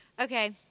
Okay